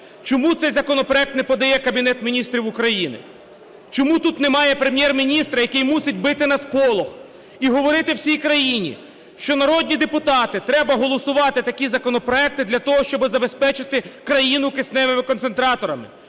чому цей законопроект не подає Кабінет Міністрів України? Чому тут немає Прем'єр-міністра, який мусить бити на сполох і говорити всій країні, що, народні депутати, треба голосувати такі законопроекти для того, щоб забезпечити країну кисневими концентраторами?